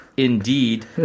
Indeed